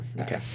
okay